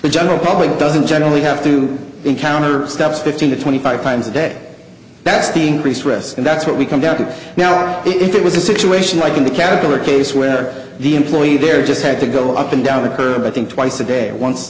the general public doesn't generally have to encounter stuff fifteen to twenty five times a day that's the grease risk and that's what we come down to now if it was a situation like in the caterpillar case where the employee there just had to go up and down the curve i think twice a day once